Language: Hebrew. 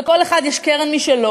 לכל אחד יש קרן משלו,